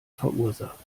verursacht